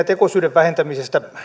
tekosyiden vähentämisestä